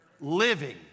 Living